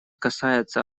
касается